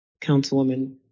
Councilwoman